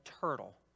turtle